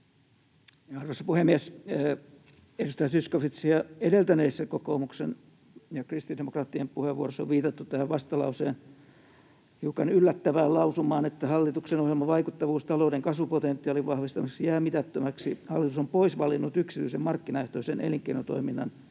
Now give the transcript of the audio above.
Arvoisa puhemies! Edustaja Zyskowiczin ja edeltäneissä kokoomuksen ja kristillisdemokraattien puheenvuoroissa on viitattu tähän vastalauseen hiukan yllättävään lausumaan: ”Hallituksen ohjelman vaikuttavuus talouden kasvupotentiaalin vahvistamiseksi jää mitättömäksi. Hallitus on poisvalinnut yksityisen, markkinaehtoisen elinkeinotoiminnan